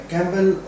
Campbell